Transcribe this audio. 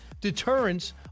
deterrence